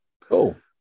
Cool